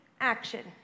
action